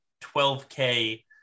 12k